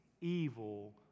evil